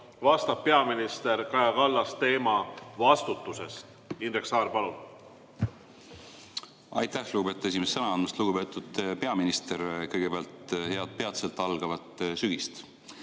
vastab peaminister Kaja Kallas ja teema on vastutus. Indrek Saar, palun! Aitäh, lugupeetud esimees, sõna andmast! Lugupeetud peaminister! Kõigepealt head peatselt algavat sügist!